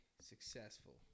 successful